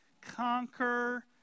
conquer